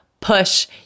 push